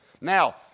Now